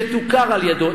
שתוכר על-ידיו,